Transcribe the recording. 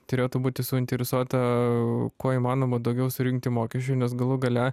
turėtų būti suinteresuota kuo įmanoma daugiau surinkti mokesčių nes galų gale